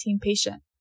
patient